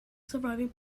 surviving